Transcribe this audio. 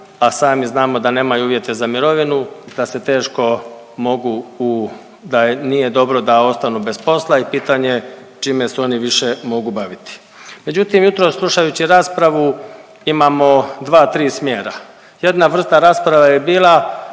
a sami znamo da nemaju uvjete za mirovinu da se teško mogu u da nije dobro da ostanu bez posla i pitanje čime se oni više mogu baviti. Međutim, jutros slušajući raspravu imamo dva, tri smjera. Jedna vrsta rasprave je bila